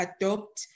adopt